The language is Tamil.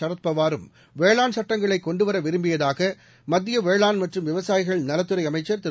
சரத் பவாரும் வேளாண் சட்டங்களைக் கொண்டுவர விரும்பியதாக மத்திய வேளாண் மற்றும் விவசாயிகள் நலத்துறை அமைச்சர் திரு